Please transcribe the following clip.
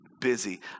busy